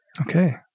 okay